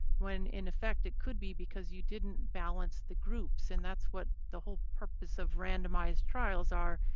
when in fact it could be because you didn't balance the groups. and that's what the whole purpose of randomized trials are,